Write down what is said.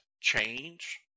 change